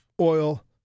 oil